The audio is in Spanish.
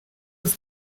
los